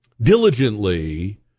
diligently